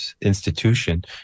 institution